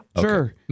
Sure